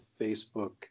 facebook